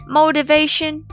motivation